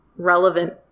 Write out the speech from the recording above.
relevant